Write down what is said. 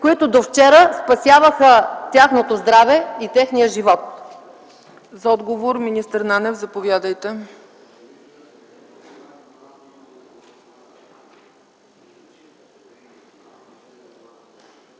които до вчера спасяваха тяхното здраве и техния живот?